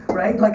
right? like